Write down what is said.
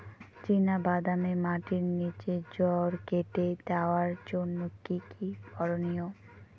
চিনা বাদামে মাটির নিচে জড় কেটে দেওয়ার জন্য কি কী করনীয়?